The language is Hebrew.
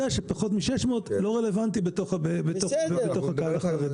שפחות מ-600 לא רלוונטי בתוך הקהל החרדי.